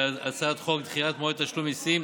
הצעת חוק דחיית מועד תשלום מיסים